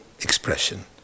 expression